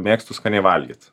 mėgstu skaniai valgyt